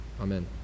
Amen